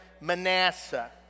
Manasseh